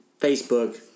Facebook